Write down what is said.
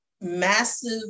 massive